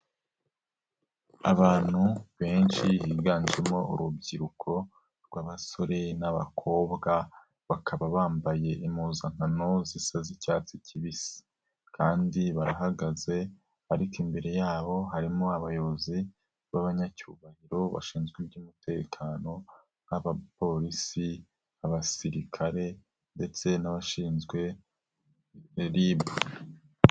Abantu benshi higanjemo urubyiruko rw'abasore n'abakobwa, bakaba bambaye impuzankano zisa z'icyatsi kibisi, kandi barahagaze ariko imbere yabo harimo abayobozi b'abanyacyubahiro bashinzwe iby'umutekano, nk'abapolisi, abasirikare ndetse n'abashinzwe RIB.